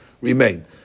remain